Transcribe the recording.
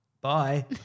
Bye